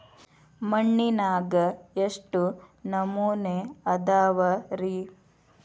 ಮಣ್ಣಿನಾಗ ಎಷ್ಟು ನಮೂನೆ ಅದಾವ ರಿ?